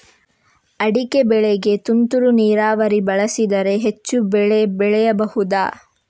ಅಡಿಕೆ ಬೆಳೆಗೆ ತುಂತುರು ನೀರಾವರಿ ಬಳಸಿದರೆ ಹೆಚ್ಚು ಬೆಳೆ ಬೆಳೆಯಬಹುದಾ?